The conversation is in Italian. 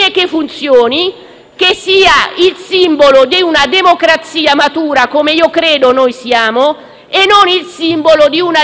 che sia il simbolo di una democrazia matura - come credo noi siamo - e non il simbolo di una democrazia per